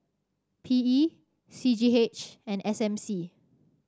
P E C G H and S M C